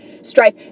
Strife